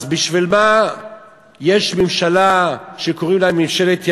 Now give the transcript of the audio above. אז בשביל מה יש ממשלה שקוראים לה "ממשלת ימין"?